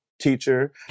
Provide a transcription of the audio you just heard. teacher